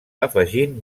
afegint